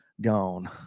Gone